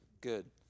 Good